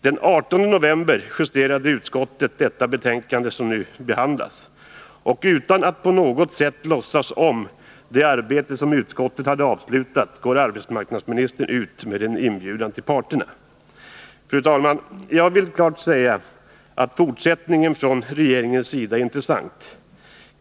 Den 18 november justerade utskottet det betänkande som nu behandlas, och utan att på något sätt låtsas om det arbete som utskottet hade avslutat går arbetsmarknadsministern ut med en inbjudan till parterna. Fru talman! Jag vill klart säga att fortsättningen från regeringens sida är intressant.